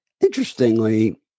interestingly